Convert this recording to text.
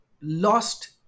lost